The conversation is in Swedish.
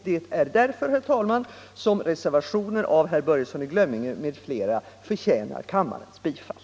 Det är därför, herr talman, som reservationen av herr Börjesson i Glömminge m.fl. förtjänar kammarens bifall,